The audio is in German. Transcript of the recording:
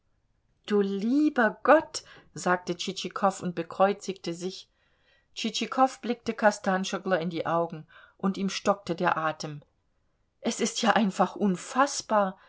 du lieber gott sagte tschitschikow und bekreuzigte sich tschitschikow blickte kostanschoglo in die augen und ihm stockte der atem es ist ja einfach unfaßbar